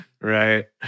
Right